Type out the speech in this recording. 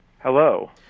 Hello